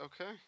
Okay